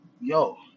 Yo